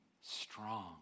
strong